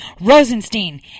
Rosenstein